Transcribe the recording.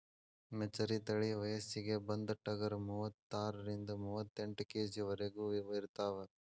ಮೆಚರಿ ತಳಿ ವಯಸ್ಸಿಗೆ ಬಂದ ಟಗರ ಮೂವತ್ತಾರರಿಂದ ಮೂವತ್ತೆಂಟ ಕೆ.ಜಿ ವರೆಗು ಇರತಾವ